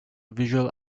visual